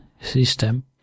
system